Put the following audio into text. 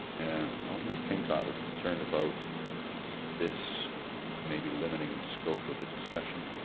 and alderman pincott was concerned about this maybe limiting the scope of the discussion.